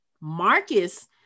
Marcus